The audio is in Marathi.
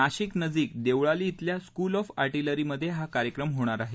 नाशिक नजिक देवळाली इथल्या स्कूल ऑफ आर्टीलरी मध्ये हा कार्यक्रम होणार आहे